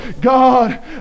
God